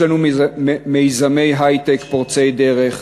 יש לנו מיזמי היי-טק פורצי דרך,